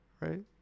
right